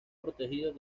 protegido